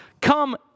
come